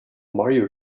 mario